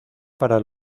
para